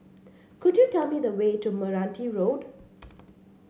could you tell me the way to Meranti Road